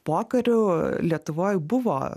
pokariu lietuvoj buvo